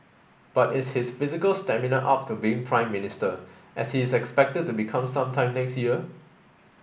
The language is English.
but is his physical stamina up to being Prime Minister as he is expected to become some time next year